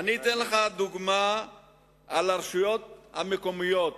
אני אתן לך דוגמה מהרשויות המקומיות,